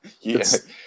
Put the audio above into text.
Yes